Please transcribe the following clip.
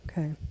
Okay